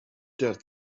der